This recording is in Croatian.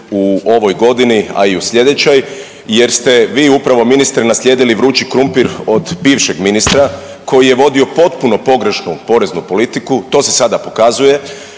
u ovoj godini, a i u sljedećoj, jer ste vi upravo ministre naslijedili vrući krumpir od bivšeg ministra koji je vodio potpuno pogrešnu poreznu politiku. To se sada pokazuje.